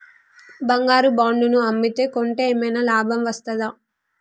బంగారు బాండు ను అమ్మితే కొంటే ఏమైనా లాభం వస్తదా?